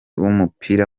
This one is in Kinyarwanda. w’umupira